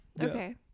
okay